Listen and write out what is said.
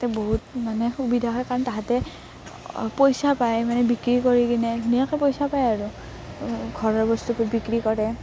তাতে বহুত মানে সুবিধা হয় কাৰণ তাহাঁতে পইচা পায় মানে বিক্ৰী কৰি কিনে ধুনীয়াকৈ পইচা পায় আৰু ঘৰৰ বস্তুবোৰ বিক্ৰী কৰে